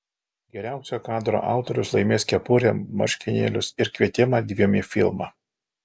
geriausio kadro autorius laimės kepurę marškinėlius ir kvietimą dviem į filmą